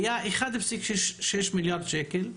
היו 1.6 מיליארד שקלים,